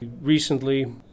Recently